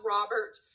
Robert